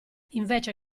invece